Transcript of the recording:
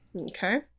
Okay